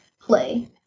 Play